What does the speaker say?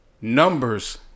numbers